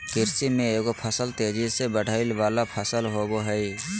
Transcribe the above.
कृषि में एगो फसल तेजी से बढ़य वला फसल होबय हइ